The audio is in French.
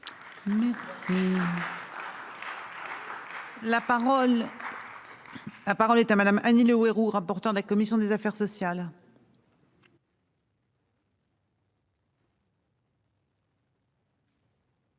parole.-- La parole est à madame Annie Le Houerou, rapporteur de la commission des affaires sociales.